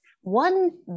one